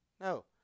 No